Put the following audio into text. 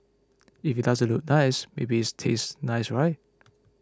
if it doesn't look nice maybe it's taste nice right